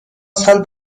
سال